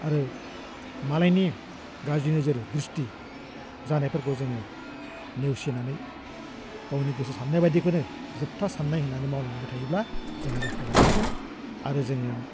आरो मालायनि गाज्रि नोजोर द्रिस्थि जानायफोरखौ जोङो नेवसिनानै गावनि गोसो सान्नाय बायदिखौनो जोबथा सान्नाय होन्नानै मावलांबाय थायोब्ला जोङो जाफुंहोनो हागोन आरो जोङो